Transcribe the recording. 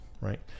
right